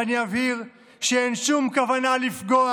ואני אבהיר שאין שום כוונה לפגוע